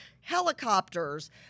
helicopters